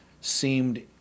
seemed